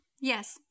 Yes